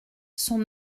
son